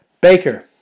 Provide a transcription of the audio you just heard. Baker